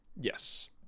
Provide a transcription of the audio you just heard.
Yes